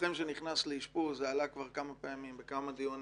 לוחם שנכנס לאשפוז זה עלה כבר כמה פעמים בכמה דיונים